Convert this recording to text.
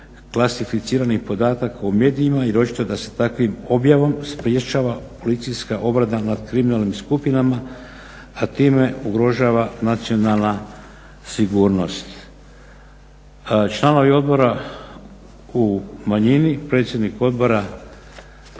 klasificiranih podataka u medijima jer očito da se takvom objavom sprječava policijska obrada nad kriminalnim skupinama, a time ugrožava nacionalna sigurnost. Članovi odbora u manjini, predsjednik odbora